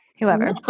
whoever